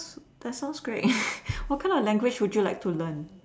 that sounds great what kind of language would you like to learn